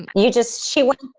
and you just, she wouldn't.